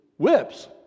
whips